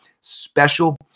Special